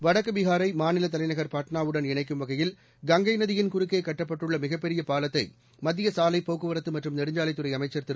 வடக்கு பீகாரை மாநில தலைநகர் பாட்னாவுடன் இணைக்கும் வகையில் கங்கை நதியின் குறுக்கே கட்டப்பட்டுள்ள மிகப் பெரிய பாலத்தை மத்திய சாலை போக்குவரத்து மற்றும் நெடுஞ்சாலைத்துறை அமைச்சர் திரு